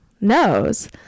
nose